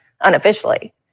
unofficially